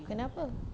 kenapa